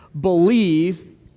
Believe